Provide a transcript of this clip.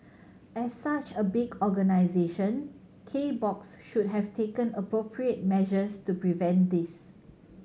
as such a big organisation K Box should have taken appropriate measures to prevent this